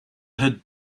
had